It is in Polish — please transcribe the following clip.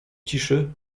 ciszy